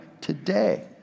today